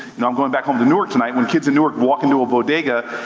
now i'm going back home to newark tonight, when kids in newark walk into a bodega,